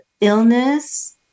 illness